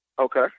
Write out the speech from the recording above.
Okay